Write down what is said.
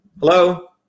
Hello